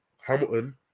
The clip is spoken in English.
Hamilton